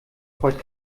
freut